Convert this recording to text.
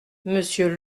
monsieur